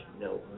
no